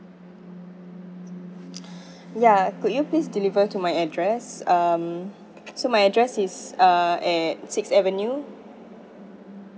ya could you please deliver to my address um so my address is uh at sixth avenue